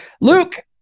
Luke